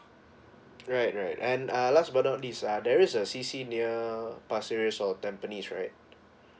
right right and uh last about this uh there is a C_C near pasir ris or tampines right